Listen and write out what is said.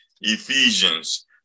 Ephesians